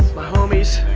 homies.